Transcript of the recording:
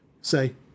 say